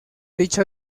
dicha